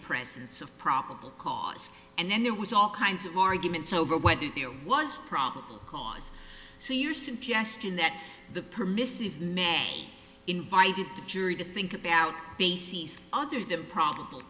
presence of probable cause and then there was all kinds of arguments over whether there was probable cause so you're suggesting that the permissive invited the jury to think about bases other than probable